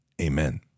amen